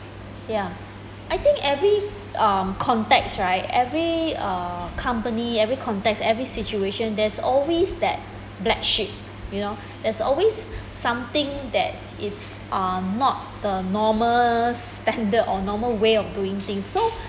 ya I think every um context right every uh company every context every situation there's always that black sheep you know there's always something that is uh not the normal standard or normal way of doing things so